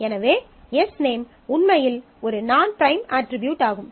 எனவே எஸ்நேம் உண்மையில் ஒரு நான் பிரைம் அட்ரிபியூட் ஆகும்